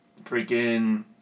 Freaking